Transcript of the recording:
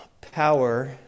power